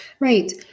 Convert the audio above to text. Right